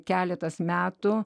keletas metų